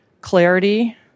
clarity